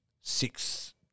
six